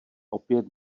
opět